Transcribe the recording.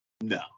No